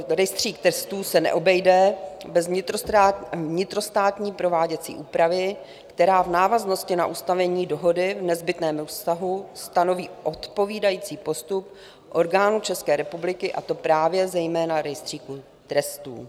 Rejstřík trestů se neobejde bez vnitrostátní prováděcí úpravy, která v návaznosti na ustanovení dohody v nezbytném vztahu stanoví odpovídající postup orgánů České republiky, a to právě zejména Rejstříku trestů.